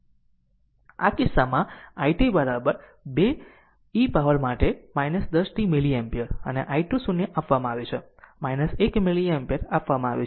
તેથી આ કિસ્સામાં i t 2 e પાવર માટે 10 t મિલી એમ્પીયર અને i 2 0 આપવામાં આવ્યું છે 1 મિલી એમ્પીયર તે આપવામાં આવ્યું છે